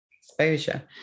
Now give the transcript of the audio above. exposure